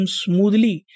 smoothly